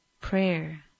prayer